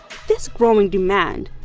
this growing demand,